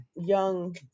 young